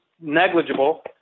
negligible